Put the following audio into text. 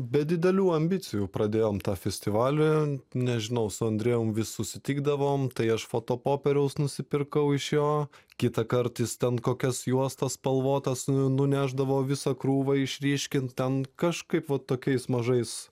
be didelių ambicijų pradėjom tą festivalį nežinau su andrejum vis susitikdavome tai aš fotopopieriaus nusipirkau iš jo kitą kart jis ten kokias juostas spalvotas nunešdavau visą krūvą išryškinti ten kažkaip va tokiais mažais